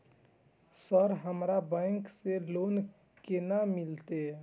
Sir हमरा bank से loan केना मिलते?